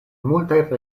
multaj